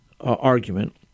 argument